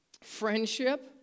Friendship